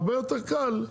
הרבה יותר קל,